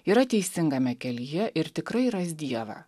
yra teisingame kelyje ir tikrai ras dievą